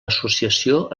associació